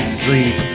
sleep